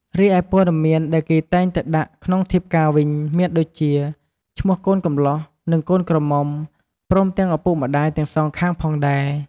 រីឯព័ត៌មានដែលគេតែងតែដាក់ក្នុងធៀបការវិញ មានដូចជា ឈ្មោះកូនកម្លោះ និងកូនក្រមុំ ព្រមទាំងឪពុកម្ដាយទាំងសងខាងផងដែរ។